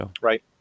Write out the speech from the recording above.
Right